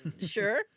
sure